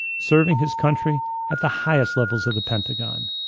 serving his country at the highest levels of the pentagon.